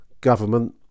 government